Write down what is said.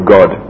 God